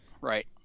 Right